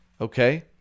Okay